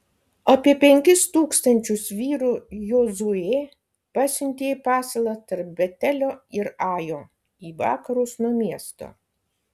apie penkis tūkstančius vyrų jozuė pasiuntė į pasalą tarp betelio ir ajo į vakarus nuo miesto